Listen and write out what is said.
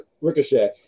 ricochet